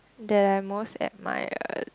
that I most admired